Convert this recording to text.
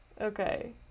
okay